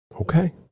Okay